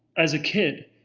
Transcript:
as a kid.